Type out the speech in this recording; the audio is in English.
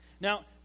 Now